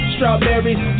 Strawberries